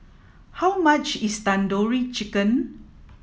how much is Tandoori Chicken